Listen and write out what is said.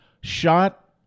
Shot